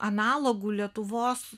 analogų lietuvos